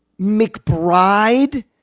McBride